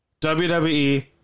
WWE